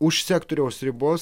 už sektoriaus ribos